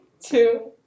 two